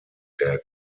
der